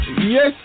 Yes